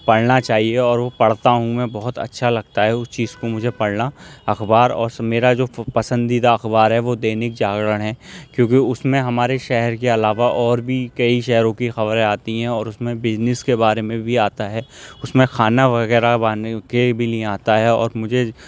پڑھنا چاہیے اور وہ پڑھتا ہوں میں بہت اچھا لگتا ہے اس چیز کو مجھے پڑھنا اخبار اور میرا جو پسندیدہ اخبار ہے وہ دینک جاگرن ہے کیونکہ اس میں ہمارے شہر کے علاوہ اور بھی کئی شہروں کی خبریں آتی ہیں اور اس میں بزنیس کے بارے میں بھی آتا ہے اس کھانا وغیرہ بنانے کے لیے بھی آتا ہے اور مجھے